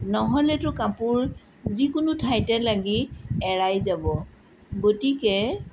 নহ'লেতো কাপোৰ যিকোনো ঠাইতে লাগি এৰাই যাব গতিকে